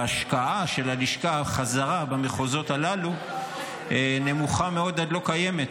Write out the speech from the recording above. ההשקעה של הלשכה חזרה במחוזות הללו נמוכה מאוד עד לא קיימת.